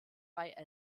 bei